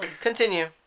Continue